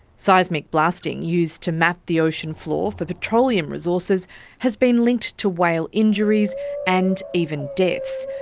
seismic blasting used to map the ocean floor for petroleum resources has been linked to whale injuries and even deaths,